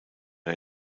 der